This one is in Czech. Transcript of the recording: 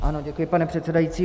Ano, děkuji, pane předsedající.